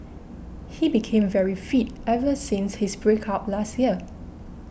he became very fit ever since his break up last year